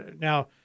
Now